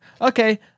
Okay